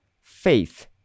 faith